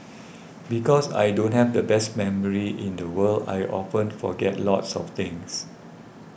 because I don't have the best memory in the world I often forget lots of things